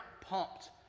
pumped